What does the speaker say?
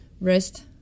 rest